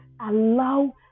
allow